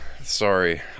sorry